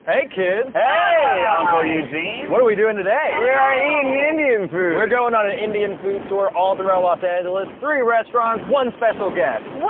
hey kids! hey uncle eugene! what are we doing today? we are yeah eating indian food! we're going on an indian food tour all throughout los angeles. three restaurants, one special guest. yeah